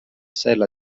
sella